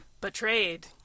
betrayed